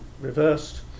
reversed